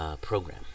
program